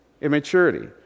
Immaturity